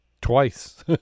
twice